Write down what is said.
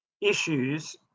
issues